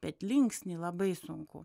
bet linksnį labai sunku